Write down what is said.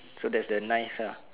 so there's the ninth uh